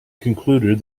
concluded